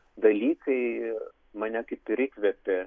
dalykai mane kaip ir įkvėpė